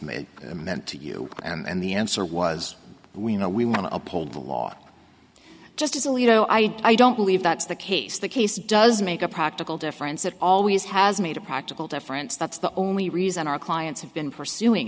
then to you and the answer was we know we want to uphold the law just as well you know i don't believe that's the case the case does make a practical difference it always has made a practical difference that's the only reason our clients have been pursuing